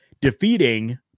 defeating